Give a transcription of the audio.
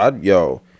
yo